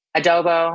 Adobo